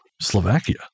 Slovakia